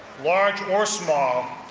large or small,